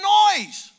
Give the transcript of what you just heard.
noise